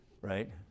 Right